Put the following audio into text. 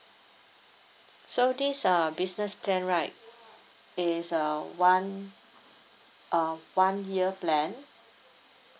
so these are business plan right is uh one uh one year plan